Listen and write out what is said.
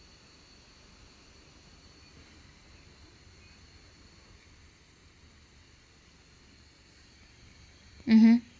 mmhmm